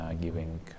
giving